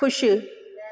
खु़शि